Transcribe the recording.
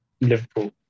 Liverpool